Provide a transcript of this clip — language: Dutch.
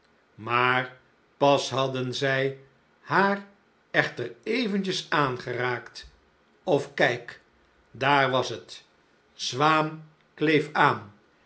maar pas hadden zij haar echter eventjes aangeraakt of kijk daar was het zwaan kleef aan